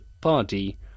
party